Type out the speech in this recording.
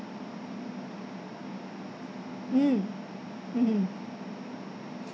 mm mmhmm